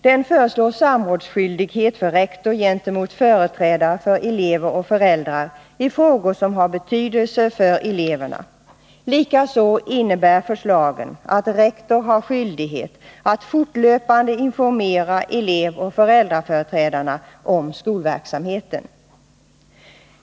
Man föreslår samrådsskyldighet för rektorn gentemot företrädare för elever och föräldrar i frågor som har betydelse för eleverna. Likaså innebär förslagen att rektor skall ha skyldighet att fortlöpande informera elevoch föräldraföreträdarna om skolverksamheten.